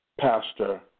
pastor